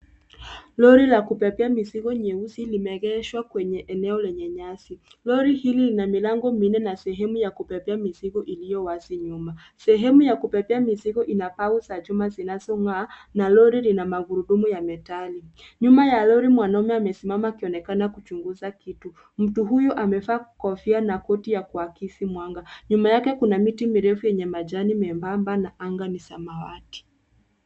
Lori la kupepea mizigo nyeusi limeegeshwa kwenye eneo lenye nyasi. Lori hili lina milango minne na sehemu ya kubebea mizigo iliyo wazi nyuma. Sehemu ya kupepea mizigo inapau za chuma zinazong'aa na lori lina magurudumu ya metali. Nyuma ya lori mwanaume amesimama akionekana kuchunguza kitu. Mtu huyu amefaa kofia na koti ya kuakisi mwanga. Nyuma yake kuna miti mirefu yenye majani membamba na anga ni samawati.